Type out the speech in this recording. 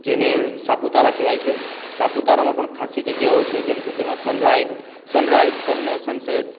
જેને સાપુતારા કહેવાય છે સાપુતારામાં પણ ખાસ્સી જગ્યાઓ છે જેમકે તેમાં સનરાઈઝ સનસેટ